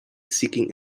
seeking